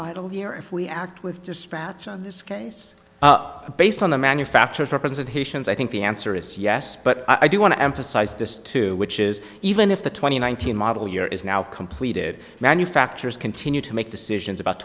model year if we act with dispatch on this case based on the manufacturer's representations i think the answer is yes but i do want to emphasize this too which is even if the twenty one thousand model year is now completed manufacturers continue to make decisions about